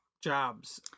jobs